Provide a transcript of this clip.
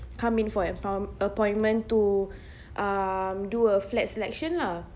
come in for appo~ appointment to um do a flat selection lah